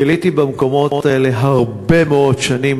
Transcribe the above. ביליתי במקומות האלה הרבה מאוד שנים,